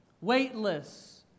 weightless